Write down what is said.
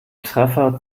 treffer